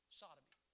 sodomy